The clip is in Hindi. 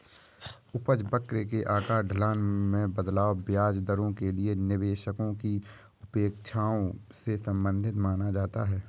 उपज वक्र के आकार, ढलान में बदलाव, ब्याज दरों के लिए निवेशकों की अपेक्षाओं से संबंधित माना जाता है